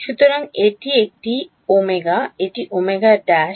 সুতরাং এটি Ω এটি Ω ′